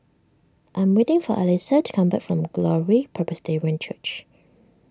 I am waiting for Elyssa to come back from Glory Presbyterian Church